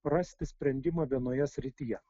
rasti sprendimą vienoje srityje